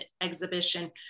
exhibition